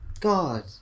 God